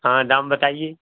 हाँ नाम बताइये